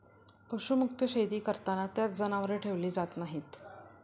पशुमुक्त शेती करताना त्यात जनावरे ठेवली जात नाहीत